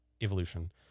evolution